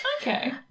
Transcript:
Okay